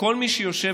וכל מי שכאן,